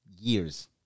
years